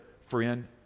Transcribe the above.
friend